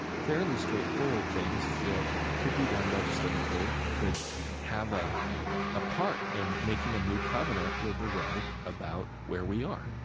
fairly straightforward things that could be done legislatively, could have ah a part in making a new covenant with the world about where we are